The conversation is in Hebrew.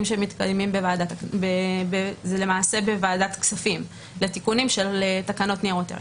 שמתקיימים למעשה בוועדת כספים לתיקונים של תקנות ניירות ערך.